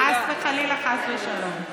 חס וחלילה, חס ושלום.